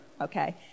okay